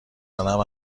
دارم